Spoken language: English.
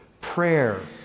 prayer